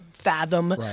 Fathom